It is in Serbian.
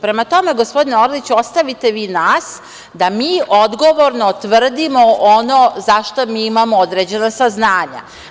Prema tome, gospodine Orliću, ostavite vi nas da mi odgovorno tvrdimo ono za šta mi imamo određena saznanja.